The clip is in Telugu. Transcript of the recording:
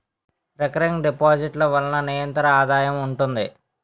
రికరింగ్ డిపాజిట్ ల వలన నిరంతర ఆదాయం ఉంటుంది